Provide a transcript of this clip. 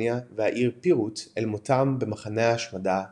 מקדוניה והעיר פירוט אל מותם במחנה ההשמדה טרבלינקה.